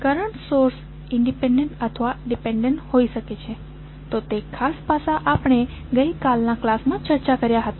current source independent અથવા dependent હોઈ શકે છે તો તે ખાસ પાસા આપણે ગઈકાલના ક્લાસ માં ચર્ચા કર્યા હતા